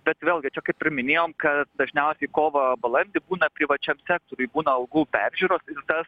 bet vėlgi čia kaip ir minėjom kad dažniausiai kovą balandį būna privačiam sektoriui būna algų peržiūros ir tas